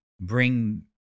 bring